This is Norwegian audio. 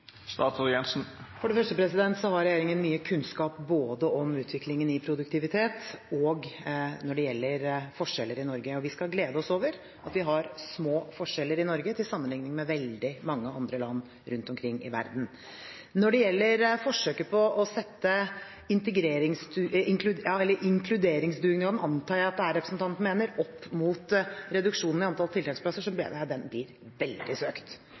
For det første har regjeringen mye kunnskap både om utviklingen i produktivitet og om forskjeller i Norge, og vi skal glede oss over at vi har små forskjeller i Norge sammenlignet med veldig mange andre land rundt omkring i verden. Når det gjelder forsøket på å sette inkluderingsdugnaden – jeg antar det er det representanten mener – opp mot reduksjonen i antall tiltaksplasser, mener jeg det blir veldig søkt.